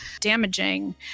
damaging